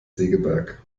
segeberg